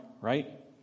right